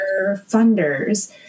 funders